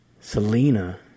Selena